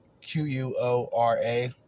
Q-U-O-R-A